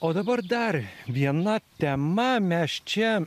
o dabar dar viena tema mes čia